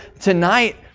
tonight